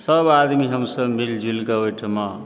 सब आदमी हमसब मिलि जुलि कऽ ओहिठाम